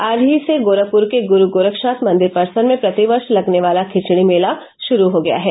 आज ही से गोरखपुर के गुरू गोरक्षनाथ मंदिर परिसर में प्रतिवर्ष लगने वाला खिचड़ी मेला शुरू हो गया है